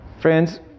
Friends